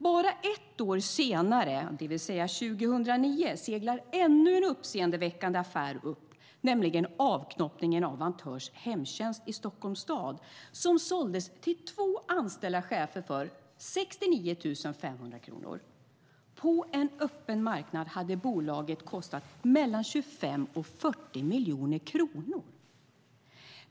Bara ett år senare, det vill säga 2009, seglar ännu en uppseendeväckande affär upp, nämligen avknoppningen av Vantörs hemtjänst i Stockholms stad, som såldes till två anställda chefer för 69 500 kronor. På en öppen marknad hade bolaget kostat mellan 25 och 40 miljoner kronor.